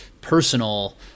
personal